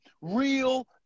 real